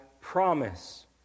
promise